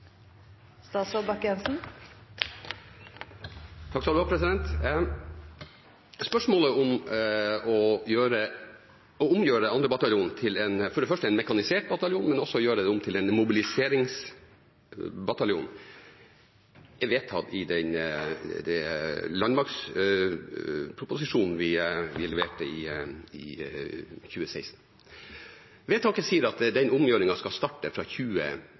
Å omgjøre 2. bataljon til for det første en mekanisert bataljon, men også til en mobiliseringsbataljon, er vedtatt i den landmaktproposisjonen vi leverte i 2016. Vedtaket sier at omgjøringen skal starte fra